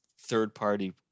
third-party